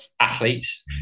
athletes